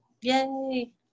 Yay